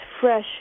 fresh